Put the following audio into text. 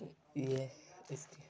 यह इस